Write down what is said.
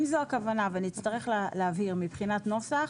אם זו הכוונה ונצטרך להבהיר מבחינת נוסח,